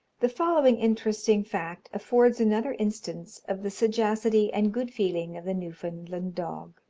the following interesting fact affords another instance of the sagacity and good feeling of the newfoundland dog